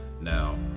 Now